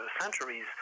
centuries